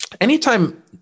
anytime